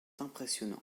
impressionnants